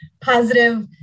positive